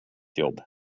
jobb